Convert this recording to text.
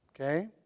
Okay